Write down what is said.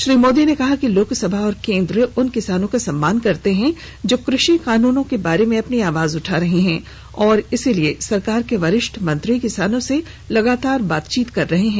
श्री मोदी ने कहा कि लोकसभा और केंद्र उन किसानों का सम्मान करते हैं जो कृषि कानूनों के बारे में अपनी आवाज उठा रहे हैं और इसीलिए सरकार के वरिष्ठ मंत्री किसानों से लगातार बातचीत कर रहे हैं